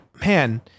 man